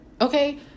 Okay